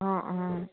অ' অ'